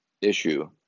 issue